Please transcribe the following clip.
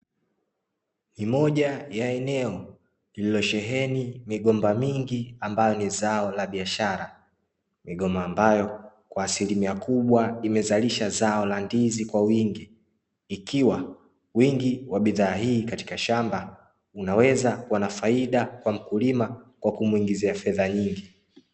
Ni moja ya eneo lililosheheni migomba mingi ambayo ni zao la biashara, migomba ambayo kwa asilimia kubwa imezalisha zao la ndizi kwa wingi ikiwa wingi wa bidhaa hii katika shamba unaweza kuwa na faida kwa mkulima kwa kumuingizia fedha nyingi.